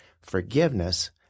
forgiveness